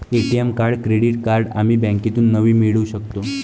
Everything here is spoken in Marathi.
ए.टी.एम कार्ड क्रेडिट कार्ड आम्ही बँकेतून नवीन मिळवू शकतो